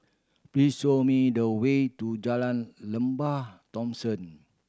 please show me the way to Jalan Lembah Thomson